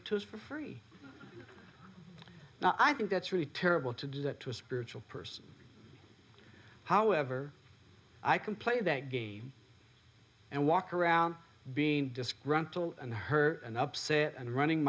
it to us for free now i think that's really terrible to do that to a spiritual person however i can play that game and walk around being disgruntled and hurt and upset and running